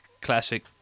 classic